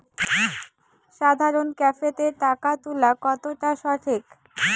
সাধারণ ক্যাফেতে টাকা তুলা কতটা সঠিক?